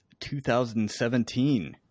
2017